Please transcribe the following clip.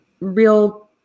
real